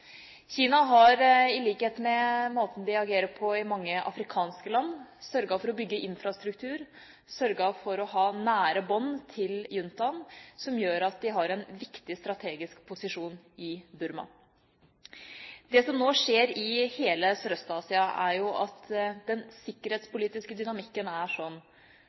Kina har, i likhet med måten de agerer på i mange afrikanske land, sørget for å bygge infrastruktur og sørget for å ha nære bånd til juntaen, som gjør at de har en viktig strategisk posisjon i Burma. Det som nå skjer i hele Sørøst-Asia, er at den sikkerhetspolitiske dynamikken er